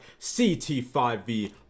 CT5V